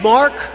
Mark